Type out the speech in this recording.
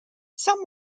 some